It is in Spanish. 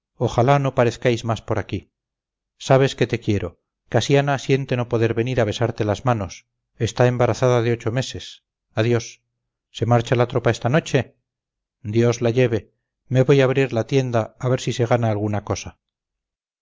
ojalá no parezcáis más por aquí sabes que te quiero casiana siente no poder venir a besarte las manos está embarazada de ocho meses adiós se marcha la tropa esta noche dios la lleve me voy a abrir la tienda a ver si se gana alguna cosa